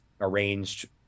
arranged